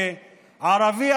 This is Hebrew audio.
שערבי,